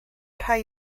rhai